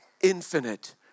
infinite